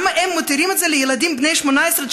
למה הם מותירים לילדים בני 18,